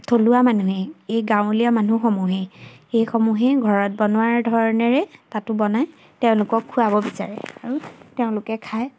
থলুৱা মানুহেই এই গাঁৱলীয়া মানুহসমূহেই এইসমূহেই ঘৰত বনোৱাৰ ধৰণেৰে তাতো বনাই তেওঁলোকক খুৱাব বিচাৰে আৰু তেওঁলোকে খায়